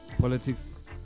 politics